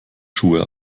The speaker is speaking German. schuhe